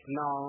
no